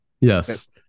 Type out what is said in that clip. Yes